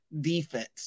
defense